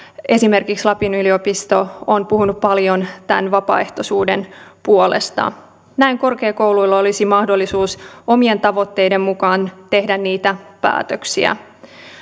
esimerkiksi lapin yliopisto on puhunut paljon tämän vapaaehtoisuuden puolesta näin korkeakouluilla olisi mahdollisuus omien tavoitteidensa mukaan tehdä niitä päätöksiä